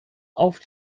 auf